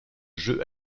jeu